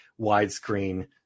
widescreen